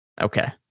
Okay